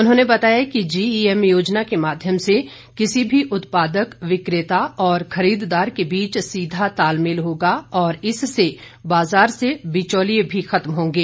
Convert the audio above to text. उन्होंने बताया कि जीईएम योजना के माध्यम से किसी भी उत्पादक विक्रेता और खरीददार के बीच सीधा तालमेल होगा और इससे बाज़ार से बिचौलिए भी खत्म होगें